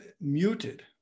muted